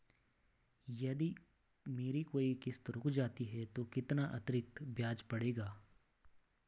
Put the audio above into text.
यदि मेरी कोई किश्त रुक जाती है तो कितना अतरिक्त ब्याज पड़ेगा?